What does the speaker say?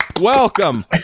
welcome